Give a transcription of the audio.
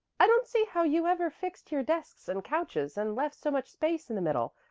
i don't see how you ever fixed your desks and couches, and left so much space in the middle.